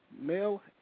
male